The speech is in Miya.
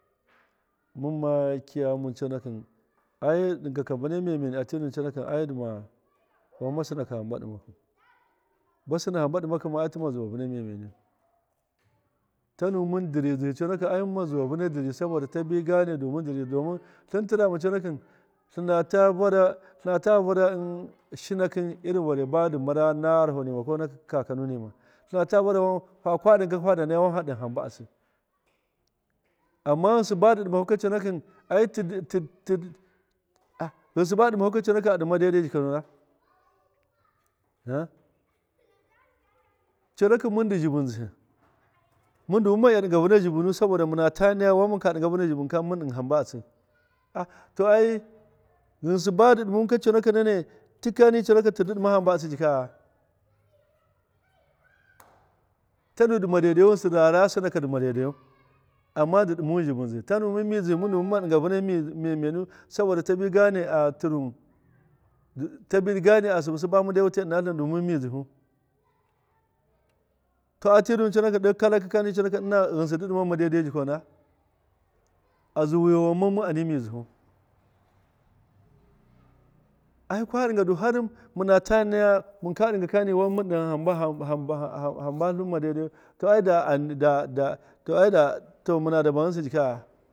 Muma kiya ghamun coonaki diga vuuna mdmdni coonaki ai nduma kwahiya sinaka hamba dimau ba sine hamba dimaki ai ndizuwa vuuna mdmdni tamu mun ndiridzihi coonaki mun zuwa vuuna ndiri sabada tabiga ne domin tlin tirama coonaki tlinata vura tline ta vara di shinaki badi mara gharoho ruma ko na kakanu nima tlinata varau saaka diga wan faadin hamba atsi amma ghinsi bu du dumaku coonaki ai tii ghinsi budu a dima haks a aduma dai dai gikauda ham coonaki mundu dzibuzihi mundu mume tiya diga vuuna dzibuni saboda muntai ya muka diya vuuna dzibuka mun di hamba atsin a ta ai shinsi badu dumuwanka coonaki ndm tikani coonaki tidi dima hamba atsi jika tanu dima dai daiyu ghinsi wara sinaki duma daidaiyu amma ndidimuhu dzibunzini tanu muma diga vuuna mdmdnu saboda ta bi gand atlin tabi gand a sibu bami dai wutai atlin mun mddzinu ta atirun kalaki kani ghinsi ndi diman daidai jikauda a zuuwan ani muna mddzihu nda aika diga har minata naya maka digaka ni ham ham ham hamba tlin ma daidaiyu ta aid a da to da mana dabu ghinsika.